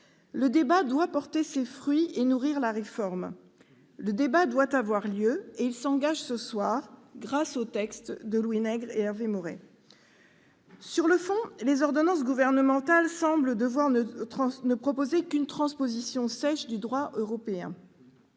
le débat doit porter ses fruits et nourrir la réforme. Il doit avoir lieu, et il s'engage ce soir, grâce au texte de Louis Nègre et d'Hervé Maurey. Sur le fond, les ordonnances gouvernementales semblent devoir ne proposer qu'une transposition sèche du droit européen.